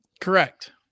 Correct